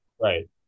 Right